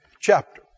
chapter